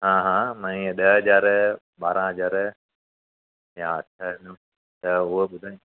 हा हा न ईअं ॾह हज़ार ॿारहं हज़ार या अठ त उहा बुधाए